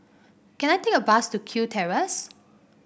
can I take a bus to Kew Terrace